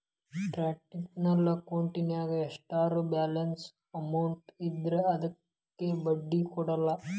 transactional ಅಕೌಂಟಿನ್ಯಾಗ ಎಷ್ಟರ balance amount ಇದ್ರೂ ಅದಕ್ಕ ಬಡ್ಡಿ ಕೊಡಲ್ಲ